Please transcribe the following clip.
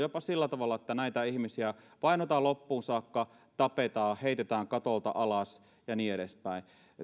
ja käy jopa sillä tavalla että näitä ihmisiä vainotaan loppuun saakka tapetaan heitetään katolta alas ja niin edespäin